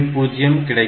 0 கிடைக்கும்